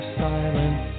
silence